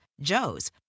Joe's